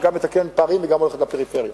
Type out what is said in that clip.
שגם מתקנת פערים וגם הולכת לפריפריה.